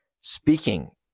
Speaking